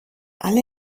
alle